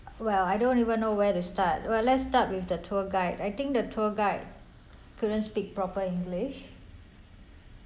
well I don't even know where to start well let's start with the tour guide I think the tour guide couldn't speak proper english